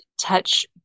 touch